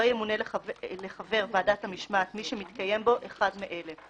ימונה לחבר ועדת המשמעת מי שמתקיים בו אחד מאלה: